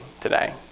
today